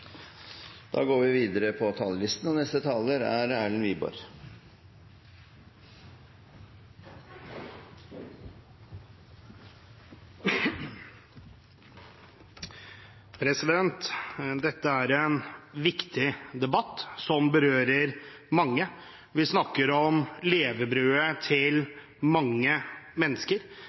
er omme. Dette er en viktig debatt som berører mange. Vi snakker om levebrødet til mange mennesker,